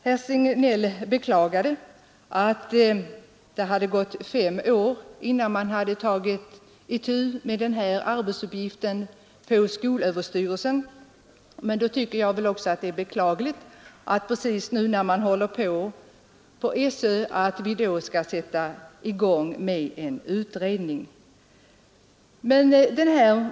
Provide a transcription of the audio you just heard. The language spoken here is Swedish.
Herr Signell beklagade att det hade gått fem år innan man hade tagit itu med den här arbetsuppgiften på skolöverstyrelsen. Då tycker jag att det är beklagligt att herr Signell nu, när man håller på med den på SÖ, vill sätta i gång med en utredning.